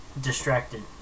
distracted